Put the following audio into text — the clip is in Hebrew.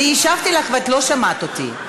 אני השבתי לך ואת לא שמעת אותי,